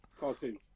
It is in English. Cartoon